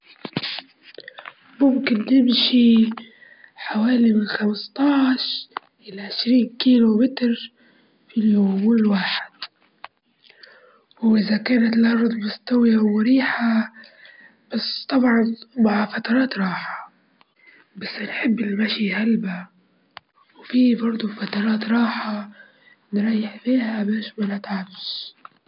إحنا في ليبيا عندنا عدة عطلات، مثل عيد الأضحى، وعيد الفطر، وعيد العيد الوطني، وثورة سبعتاش فبراير، ويوم التحرير، وكل هذه ع- عطلات وطنية بيهتموا بها.